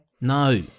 No